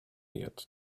yet